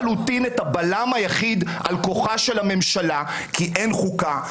הבלם היחיד על כוחה של הממשלה כי אין חוקה,